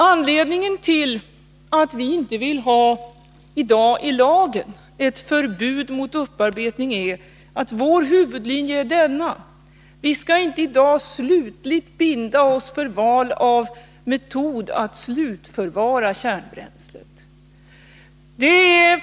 Anledningen till att vi i dag inte vill ha ett förbud i lagen mot upparbetning är att vår huvudlinje är denna: Vi skall inte i dag slutligt binda oss för val av metod för att slutförvara kärnbränslet.